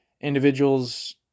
individuals